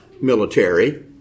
military